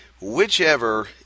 whichever